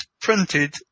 printed